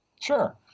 Sure